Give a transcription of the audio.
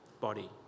body